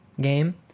game